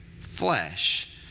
flesh